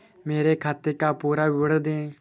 मेरे खाते का पुरा विवरण दे?